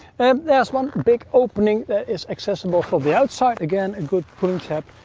and there's one big opening that is accessible for the outside. again, a good pulling tab.